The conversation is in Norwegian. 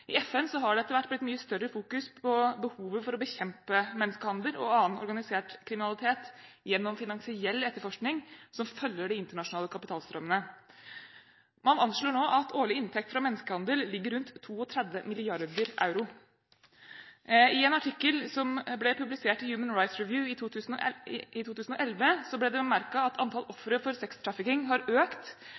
I FN har det etter hvert blitt mye sterkere fokusert på behovet for å bekjempe menneskehandel og annen organisert kriminalitet gjennom finansiell etterforsking som følger de internasjonale kapitalstrømmene. Man anslår nå at årlig inntekt fra menneskehandel ligger rundt 32 mrd. euro. I en artikkel som ble publisert i Human Rights Review i 2011, ble det bemerket at antall ofre for sex-trafficking har økt,